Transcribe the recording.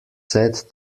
said